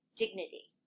dignity